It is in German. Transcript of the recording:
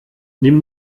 nimm